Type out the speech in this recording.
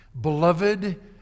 beloved